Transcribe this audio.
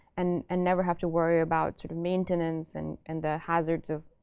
and and never have to worry about sort of maintenance and and the hazards of,